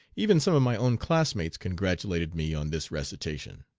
even some of my own classmates congratulated me on this recitation.